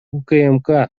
укмк